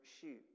shoot